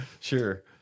Sure